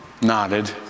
nodded